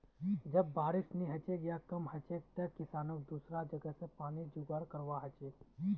जब बारिश नी हछेक या कम हछेक तंए किसानक दुसरा जगह स पानीर जुगाड़ करवा हछेक